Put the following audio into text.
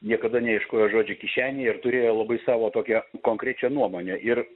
niekada neieškojo žodžio kišenėj ir turėjo labai savo tokią konkrečią nuomonę ir